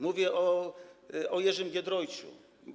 Mówię o Jerzym Giedroyciu.